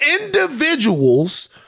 individuals